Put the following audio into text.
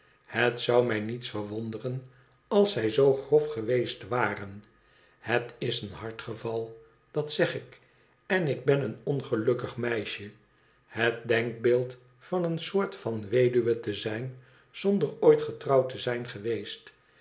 het zou mij niets verwonderen als zij zoo grof geweest waren het is een hard geval dat zeg ik en ik ben een ongelukkig meisje het denkbeeld van eene soort van weduwe te zijn zonder ooit getrouwd te zijn geweest